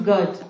God